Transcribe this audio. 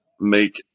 make